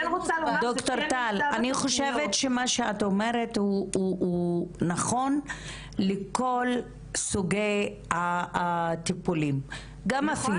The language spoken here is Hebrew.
אני חושבת שמה שאת אומרת הוא נכון לכל סוגי הטיפולים - גם הפיזיים.